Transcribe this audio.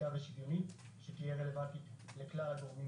אחידה ושוויונית שתהיה רלוונטית לכלל הגורמים